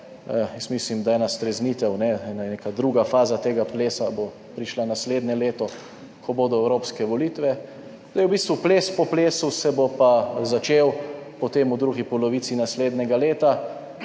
mislim, da ena streznitev, ne, ena je neka druga faza tega plesa bo prišla naslednje leto, ko bodo evropske volitve. Zdaj v bistvu ples po plesu se bo pa začel potem v drugi polovici naslednjega leta,